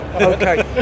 Okay